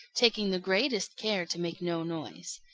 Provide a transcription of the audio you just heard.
taking the greatest care to make no noise.